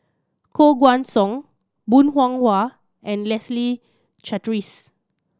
Koh Guan Song Bong Hiong Hwa and Leslie Charteris